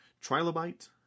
trilobite